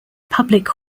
public